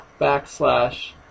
backslash